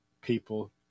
people